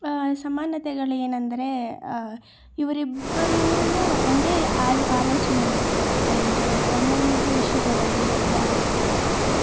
ಸಮಾನತೆಗಳು ಏನಂದ್ರೆ ಇವ್ರಿಬ್ಬರುನು ಒಂದೇ ಆಲೋಚನೆ ಮಾಡ್ತಾರೆ ಅಂದರೆ ಒಂದೊಂದು ವಿಷಯಗಳಲ್ಲಿ ಒಂದೇ ಆಲೋಚನೆ ಇರುತ್ತದೆ